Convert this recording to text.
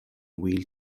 wheel